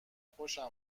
خوشم